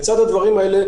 לצד הדברים האלה,